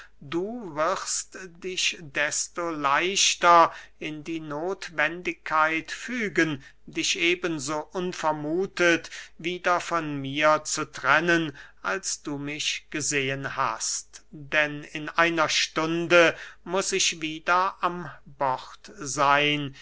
du wirst dich desto leichter in die nothwendigkeit fügen dich eben so unvermuthet wieder von mir zu trennen als du mich gesehen hast denn in einer stunde muß ich wieder am bord seyn